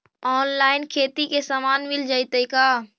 Online खेती के सामान मिल जैतै का?